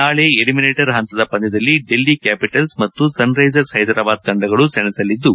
ನಾಳೆ ಎಲಿಮಿನೇಟರ್ ಹಂತದ ಪಂದ್ಯದಲ್ಲಿ ಡೆಲ್ಲಿ ಕ್ಯಾಪಿಟಲ್ಲ್ ಮತ್ತು ಸನ್ರೈಸರ್ಸ್ ಹೈದರಾಬಾದ್ ತಂಡಗಳು ಸೆಣಸಲಿದ್ದು